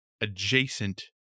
adjacent